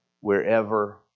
wherever